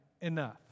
enough